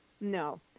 No